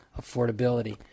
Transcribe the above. affordability